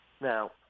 Now